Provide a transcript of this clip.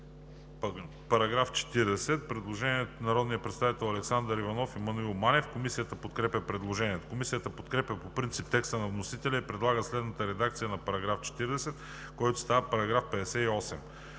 на народните представители Александър Иванов и Маноил Манев. Комисията подкрепя предложението. Комисията подкрепя по принцип текста на вносителя и предлага следната редакция на § 40, който става § 58: „§ 58.